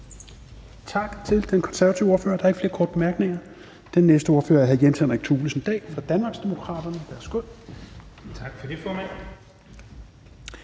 Tak til den konservative ordfører. Der er ikke flere korte bemærkninger. Den næste ordfører er hr. Jens Henrik Thulesen Dahl fra Danmarksdemokraterne. Værsgo. Kl. 11:46 (Ordfører)